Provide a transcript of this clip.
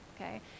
Okay